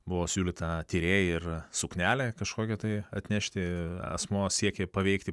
buvo siūlyta tyrėjai ir suknelę kažkokią tai atnešti asmuo siekė paveikti